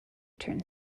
turn